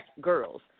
girls